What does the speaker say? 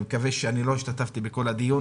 לא השתתפתי בכל הדיון